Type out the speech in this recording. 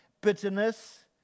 bitterness